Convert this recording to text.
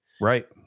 right